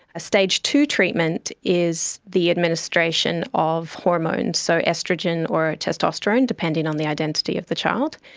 a stage two treatment is the administration of hormones, so oestrogen or testosterone, depending on the identity of the child,